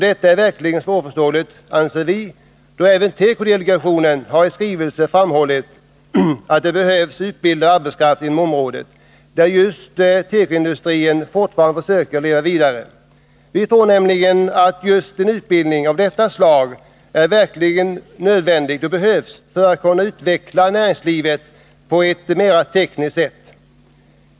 Detta är enligt vår mening verkligen svårförståeligt, då även tekodelegationen i skrivelse har framhållit att det behövs utbildad arbetskraft inom det område där tekoindustrin fortfarande försöker leva vidare. Vi anser att en utbildning av just detta slag verkligen är nödvändig för att man skall kunna utveckla näringslivet på ett mera tekniskt sätt.